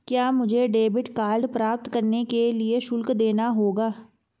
क्या मुझे debit card प्राप्त करने के लिए शुल्क देना होगा?